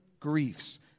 griefs